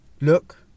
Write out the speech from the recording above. look